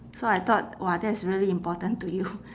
so I thought !wah! that's really important to you